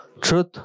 truth